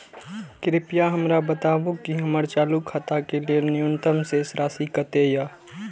कृपया हमरा बताबू कि हमर चालू खाता के लेल न्यूनतम शेष राशि कतेक या